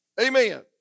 Amen